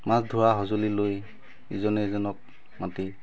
মাছ ধৰা সঁজুলি লৈ ইজনে ইজনক মাতি